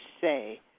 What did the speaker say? say